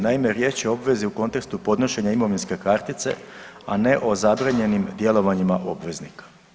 Naime, riječ je o obvezi u kontekstu podnošenja imovinske kartice, a ne o zabranjenim djelovanjima obveznika.